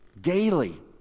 daily